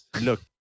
Look